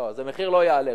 לא, אז המחיר לא יעלה.